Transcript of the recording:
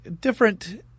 different